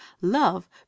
love